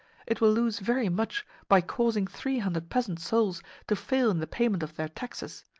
it will lose very much by causing three hundred peasant souls to fail in the payment of their taxes.